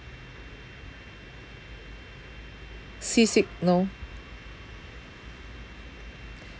seasick no